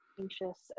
anxious